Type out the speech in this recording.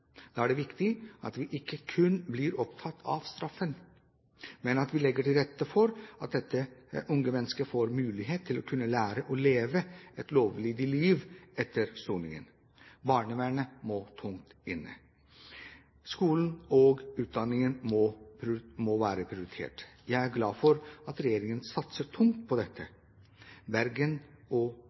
Da er det viktig at vi ikke kun blir opptatt av straffen, men at vi legger til rette for at dette unge mennesket får mulighet til å lære å leve et lovlydig liv etter soningen. Barnevernet må tungt inn. Skole og utdanning må prioriteres. Jeg er glad for at regjeringen satser tungt på dette både i Bergen og